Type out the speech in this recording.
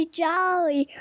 jolly